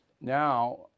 now